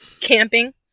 camping